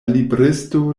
libristo